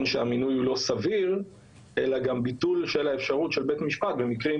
המינוי הוא לא סביר אלא גם ביטול של האפשרות של בית משפט במקרים